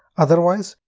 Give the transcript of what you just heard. otherwise,